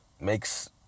makes